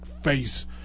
face